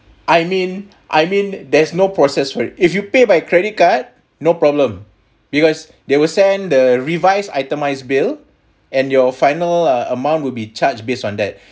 I mean I mean there's no process where if you pay by credit card no problem because they will send the revised itemized bill and your final uh amount will be charged based on that